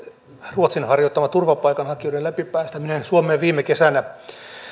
ruotsin harjoittama turvapaikanhakijoiden läpipäästäminen suomeen viime kesänä